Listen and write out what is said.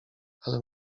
ale